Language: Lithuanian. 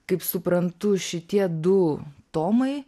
kaip suprantu šitie du tomai